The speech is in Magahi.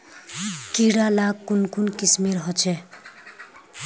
कीड़ा ला कुन कुन किस्मेर होचए?